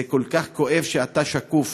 זה כל כך כואב כשאתה שקוף,